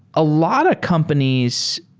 a lot of companies,